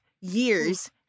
years